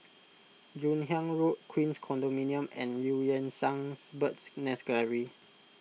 Joon Hiang Road Queens Condominium and Eu Yan Sang Bird's Nest Gallery